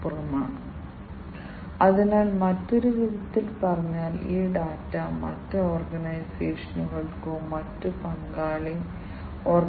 calibration നടത്തേണ്ടതുണ്ട് കാരണം ചില സെൻസറുകൾ സമയം കടന്നുപോകുമ്പോൾ അതേ രീതിയിൽ പ്രവർത്തിക്കില്ല